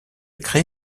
créé